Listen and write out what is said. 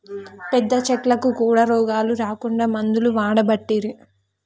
పెద్ద చెట్లకు కూడా రోగాలు రాకుండా మందులు వాడబట్టిరి